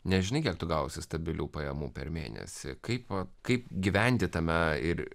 nežinai kiek tu gausi stabilių pajamų per mėnesį kaipo kaip gyventi tame ir